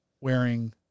wearing